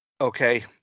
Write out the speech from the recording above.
okay